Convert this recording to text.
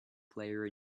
player